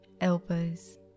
elbows